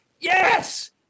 yes